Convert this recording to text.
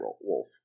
wolf